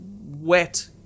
wet